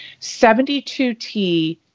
72T